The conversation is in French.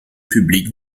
public